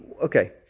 Okay